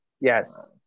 Yes